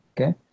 okay